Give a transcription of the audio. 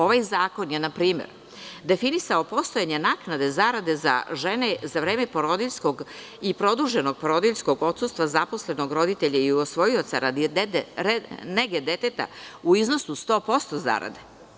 Ovaj zakon je npr. definisao postojanje naknade za zarade za žene za vreme porodiljskog i produženog porodiljskog odsustva zaposlenog roditelja i usvojioca radi nege deteta u iznosu 100% zarade.